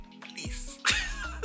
Please